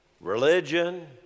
religion